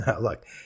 look